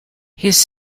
his